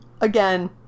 Again